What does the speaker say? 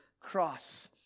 cross